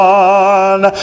one